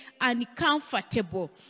uncomfortable